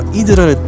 iedere